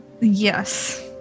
Yes